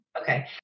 Okay